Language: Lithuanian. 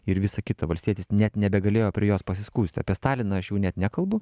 ir visa kita valstietis net nebegalėjo prie jos pasiskųsti apie staliną aš jau net nekalbu